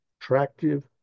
attractive